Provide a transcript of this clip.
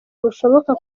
bushoboka